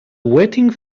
waiting